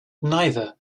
neither